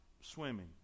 swimming